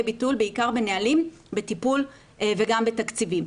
ביטוי בעיקר בנהלים בטיפול וגם בתקציבים.